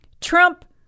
Trump